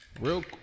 Real